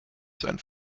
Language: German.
sein